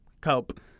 Cope